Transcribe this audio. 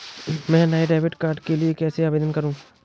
मैं नए debit card के लिए कैसे आवेदन करूं?